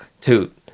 Toot